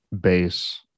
base